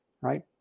right